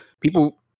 people